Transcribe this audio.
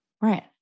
Right